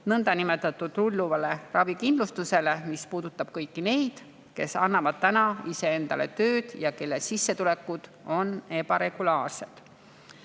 nõndanimetatud rulluvale ravikindlustusele, mis puudutab kõiki neid, kes annavad iseendale tööd ja kelle sissetulekud on ebaregulaarsed.